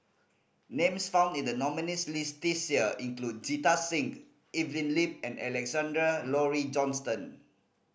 names found in the nominees' list this year include Jita Singh Evelyn Lip and Alexander Laurie Johnston